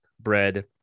bread